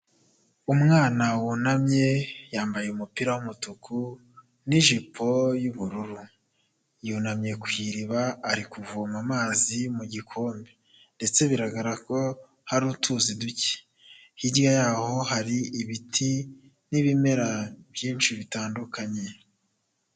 Umwana wunamye yambaye umupira w'umutuku n'ijipo y'ubururu, yunamye ku iriba ari kuvoma amazi mu gikombe ndetse biragaragarako hari utuzi duke, hirya yaho hari ibiti n'ibimera byinshi bitandukanye.